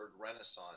renaissance